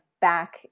back